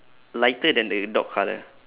lighter than the dog colour